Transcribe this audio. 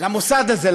למוסד הזה,